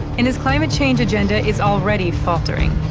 and his climate-change agenda is already faltering.